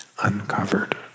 uncovered